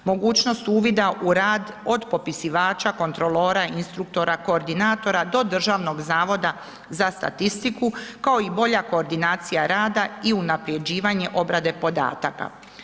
Mogućost uvid u rad od popisivača, kontrolora, instruktora, koordinatora do Državnog zavoda za statistiku kao i bolja koordinacija rada i unapređivanje obrade podataka.